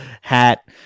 hat